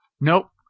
Nope